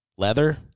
Leather